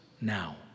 now